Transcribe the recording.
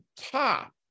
top